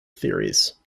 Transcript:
theories